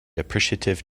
appreciative